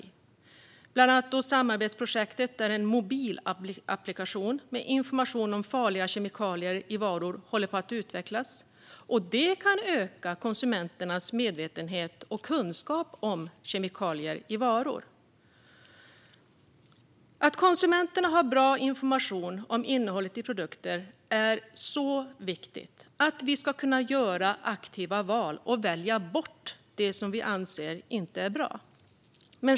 Det handlar bland annat om ett samarbetsprojekt där en mobilapplikation med information om farliga kemikalier i varor håller på att utvecklas, vilket kan öka konsumenternas medvetenhet och kunskap om kemikalier i varor. Att konsumenterna har bra information om innehållet i produkter är mycket viktigt. Vi ska kunna göra aktiva val och välja bort det som vi anser inte är bra.